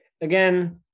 again